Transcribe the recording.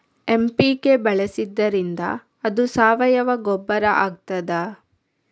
MPK ಬಳಸಿದ್ದರಿಂದ ಅದು ಸಾವಯವ ಗೊಬ್ಬರ ಆಗ್ತದ?